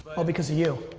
all because of you.